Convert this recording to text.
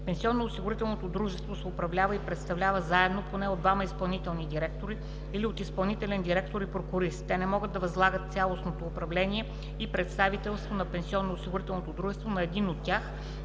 Пенсионноосигурителното дружество се управлява и представлява заедно поне от двама изпълнителни директори или от изпълнителен директор и прокурист. Те не могат да възлагат цялостното управление и представителство на пенсионноосигурителното дружество на един от тях,